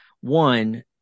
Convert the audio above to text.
one